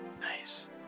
nice